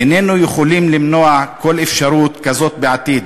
איננו יכולים למנוע כל אפשרות כזאת בעתיד,